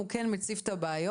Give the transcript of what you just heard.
הוא כן מציף את הבעיות,